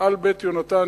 על "בית יהונתן",